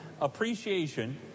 appreciation